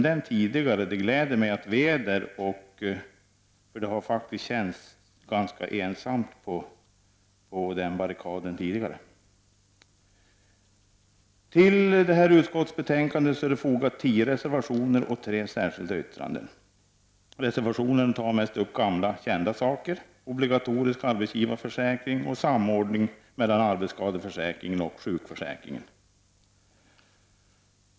Det gläder mig att vi har nått dit. Det har faktiskt känts ganska ensamt på den barrikaden tidigare. Till detta utskottsbetänkande har fogats tio reservationer och tre särskilda yttranden. Reservationerna tar mest upp gamla kända saker: obligatorisk arbetsgivarförsäkring och samordning mellan arbetsskadeförsäkringen och sjukförsäkringen.